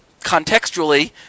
contextually